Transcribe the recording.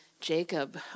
Jacob